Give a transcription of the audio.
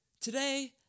Today